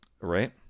Right